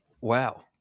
wow